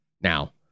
Now